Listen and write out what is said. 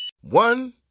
One